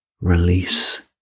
release